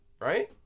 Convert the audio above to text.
Right